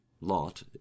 lot